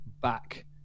back